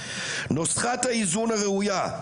"נוסחת האיזון הראויה,